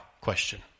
question